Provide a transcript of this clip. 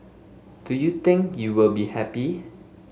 do you think you will be happy